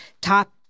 top